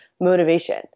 motivation